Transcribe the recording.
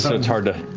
and it's hard to